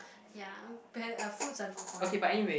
ya pears are fruits are good for you